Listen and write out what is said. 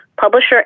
publisher